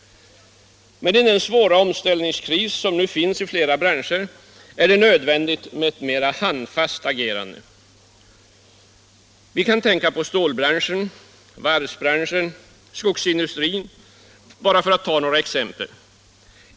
Men i den svåra omställningskris som nu finns i flera branscher är det nödvändigt med ett mera handfast agerande. Vi kan tänka på stålbranschen, varvsbranschen, skogsindustrin, för att ta några exempel.